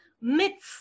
myths